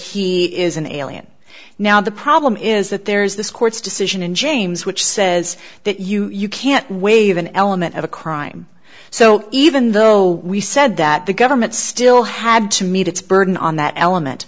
he is an alien now the problem is that there is this court's decision in james which says that you can't waive an element of a crime so even though we said that the government still had to meet its burden on that element